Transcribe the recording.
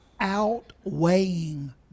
outweighing